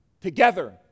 Together